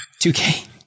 2k